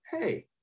hey